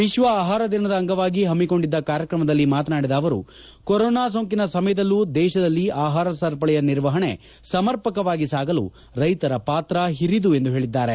ವಿಶ್ವ ಆಹಾರದಿನದ ಅಂಗವಾಗಿ ಪಮ್ಮಿಕೊಂಡಿದ್ದ ಕಾರ್ಯಕ್ರಮದಲ್ಲಿ ಮಾತನಾಡಿದ ಅವರು ಕೊರೋನಾ ಸೋಂಕಿನ ಸಮಯದಲ್ಲೂ ದೇಶದಲ್ಲಿ ಆಹಾರ ಸರಪಳಿಯ ನಿರ್ವಪಣೆ ಸಮರ್ಪಕವಾಗಿ ಸಾಗಲು ರೈತರ ಪಾತ್ರ ಹಿರಿದು ಎಂದು ಹೇಳಿದ್ದಾರೆ